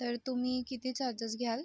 तर तुम्ही किती चार्जेस घ्याल